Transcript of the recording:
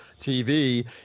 TV